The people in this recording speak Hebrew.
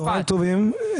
צוהריים טובים,